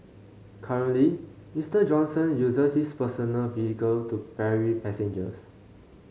currently Mister Johnson uses his personal vehicle to ferry passengers